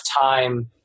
time